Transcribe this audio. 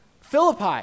Philippi